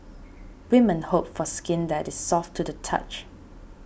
women hope for skin that is soft to the touch